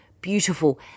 beautiful